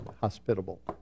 hospitable